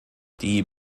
die